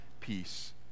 peace